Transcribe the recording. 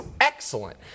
excellent